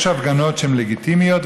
יש הפגנות שהן לגיטימיות,